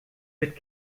wird